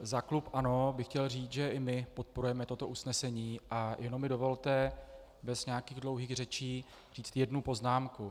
Za klub ANO bych chtěl říct, že i my podporujeme toto usnesení, a jenom mi dovolte bez nějakých dlouhých řečí říct jednu poznámku.